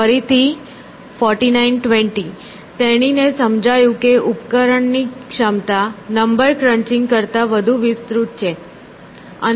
ફરીથી 4920 તેણીને સમજાયું કે ઉપકરણની ક્ષમતા નંબર ક્રંચિંગ કરતા વધુ વિસ્તૃત છે